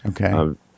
okay